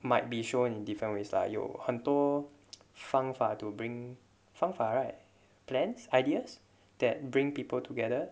might be shown in different ways lah 有很多方法 to bring 方法 right plans ideas that bring people together